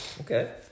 okay